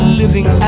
living